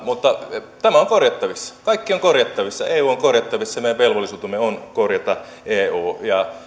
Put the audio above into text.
mutta tämä on korjattavissa kaikki on korjattavissa eu on korjattavissa ja meidän velvollisuutemme on korjata eu